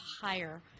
higher